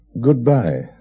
goodbye